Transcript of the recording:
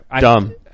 Dumb